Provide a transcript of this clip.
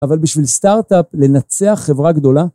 אבל בשביל סטארט-אפ לנצח חברה גדולה?